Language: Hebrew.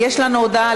יש לנו הודעה